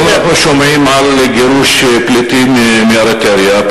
היום אנחנו שומעים על גירוש פליטים מאריתריאה.